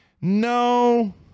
No